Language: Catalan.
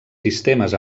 sistemes